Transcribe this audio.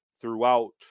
throughout